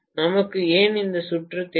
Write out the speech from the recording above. நமக்கு ஏன் காந்த சுற்று தேவை